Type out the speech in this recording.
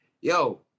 yo